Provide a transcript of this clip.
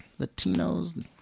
latinos